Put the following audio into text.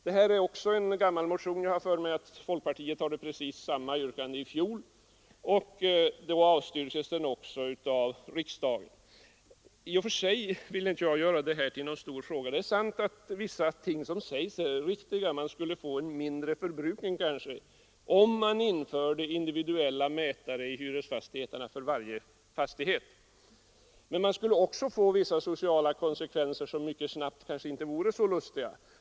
Det är också ett gammalt krav; jag har för mig att folkpartiet framställde precis samma yrkande i fjol, och då avslogs det av riksdagen. I och för sig vill jag inte göra det här till någon stor fråga, och det är sant att vissa ting som sägs i reservationen är riktiga. Man skulle kanske få en mindre förbrukning, om man införde individuella mätare för varje lägenhet i hyresfastigheterna, men man skulle också få vissa sociala konsekvenser som mycket snabbt kunde visa sig inte vara så lustiga.